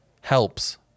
helps